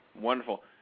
Wonderful